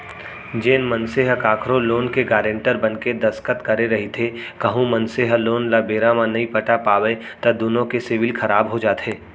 जेन मनसे ह कखरो लोन के गारेंटर बनके दस्कत करे रहिथे कहूं मनसे ह लोन ल बेरा म नइ पटा पावय त दुनो के सिविल खराब हो जाथे